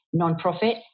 nonprofit